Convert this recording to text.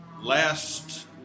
last